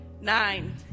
Nine